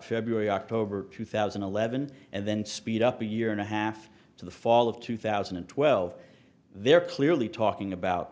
february october two thousand and eleven and then speed up a year and a half to the fall of two thousand and twelve they're clearly talking about